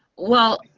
well,